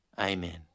Amen